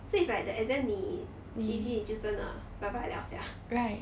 so is like the exam 你 G_G 就真的 bye bye liao sia